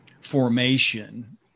formation